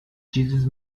jesus